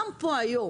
גם היום,